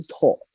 taught